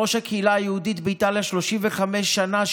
ראש הקהילה היהודית באיטליה 35 שנה,